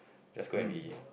just go and be